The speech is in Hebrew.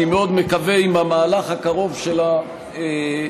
אני מאוד מקווה שעם המהלך הקרוב של התב"עות,